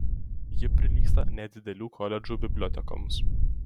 ji prilygsta nedidelių koledžų bibliotekoms